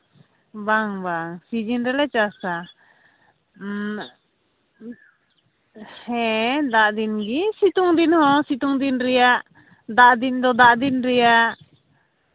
ᱵᱟᱝ ᱵᱟᱝ ᱥᱤᱡᱤᱱ ᱫᱚᱞᱮ ᱪᱟᱥᱼᱟ ᱦᱮᱸ ᱫᱟᱜ ᱫᱤᱱ ᱜᱮ ᱥᱤᱛᱩᱝ ᱫᱤᱱ ᱦᱚᱸ ᱥᱤᱛᱩᱝ ᱫᱤᱱ ᱨᱮᱭᱟᱜ ᱫᱟᱜ ᱫᱤᱱ ᱫᱚ ᱫᱟᱜ ᱫᱤᱱ ᱨᱮᱭᱟᱜ